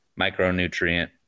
micronutrient